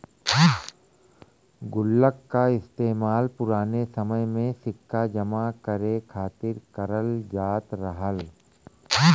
गुल्लक का इस्तेमाल पुराने समय में सिक्का जमा करे खातिर करल जात रहल